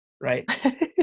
right